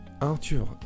Arthur